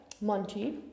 Monty